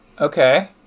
Okay